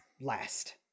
last